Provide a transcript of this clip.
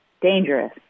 dangerous